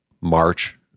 march